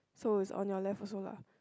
so it's on your left also lah